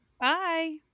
Bye